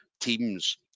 teams